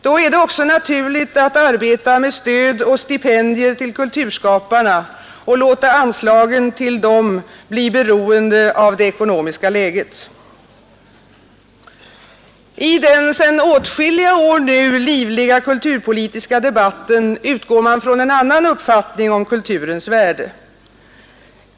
Då är det också naturligt att arbeta med stöd och stipendier till kulturskaparna och låta anslagen till dessa bli beroende av det ekonomiska läget. I den, sedan åtskilliga år nu livliga kulturpolitiska debatten utgår man från en annan uppfattning om kulturens värde.